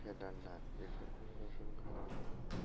केडारनाथ बेफोरखौबो दर्शन खालामनो